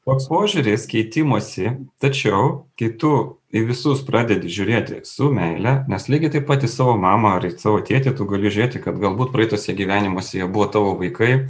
pats požiūris keitimosi tačiau kai tu į visus pradedi žiūrėti su meile nes lygiai taip pat į savo mamą ar į savo tėtį tu gali žiūrėti kad galbūt praeituose gyvenimuose jie buvo tavo vaikai